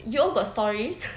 you all got stories